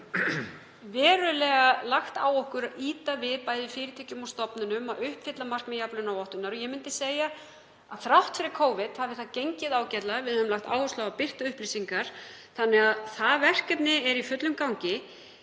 verulega mikið á okkur við að ýta við bæði fyrirtækjum og stofnunum að uppfylla markmið jafnlaunavottunar. Ég myndi segja að þrátt fyrir Covid hafi það gengið ágætlega. Við höfum lagt áherslu á að birta upplýsingar. Þannig að það verkefni er í fullum gangi.